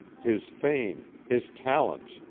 his fame, his talents,